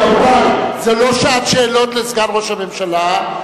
רבותי, זאת לא שעת שאלות לסגן ראש הממשלה.